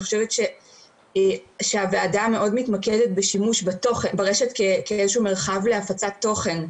אני חושבת שהוועדה מאוד מתמקדת בשימוש ברשת כאיזשהו מרחב להפצת תוכן.